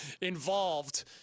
involved